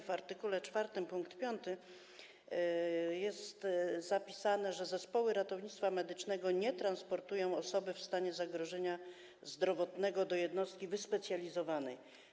W art. 4 pkt 5 jest zapisane, że zespoły ratownictwa medycznego nie transportują osoby w stanie zagrożenia zdrowotnego do jednostki wyspecjalizowanej.